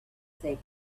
they